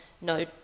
no